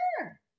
Sure